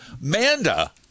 manda